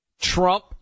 Trump